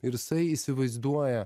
ir jisai įsivaizduoja